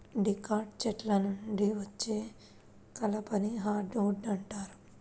dicot చెట్ల నుండి వచ్చే కలపని హార్డ్ వుడ్ అంటారు